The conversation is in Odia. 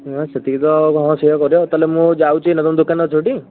ହଁ ସେତିକି ତ ହଁ ସେଇଆ କରିବା ତା'ହେଲେ ମୁଁ ଯାଉଛି ଏଇନା ତୁମେ ଦୋକାନରେ ଅଛ ଟି